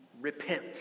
repent